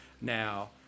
Now